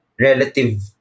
relative